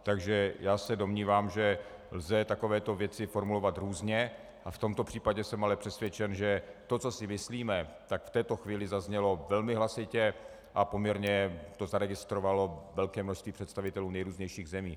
Takže já se domnívám, že lze takovéto věci formulovat různě, a v tomto případě jsem ale přesvědčen, že to, co si myslíme, tak v této chvíli zaznělo velmi hlasitě a poměrně to zaregistrovalo velké množství představitelů nejrůznějších zemí.